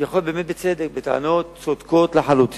יכול להיות באמת בצדק, בטענות צודקות לחלוטין.